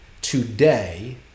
today